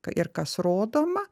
ir kas rodoma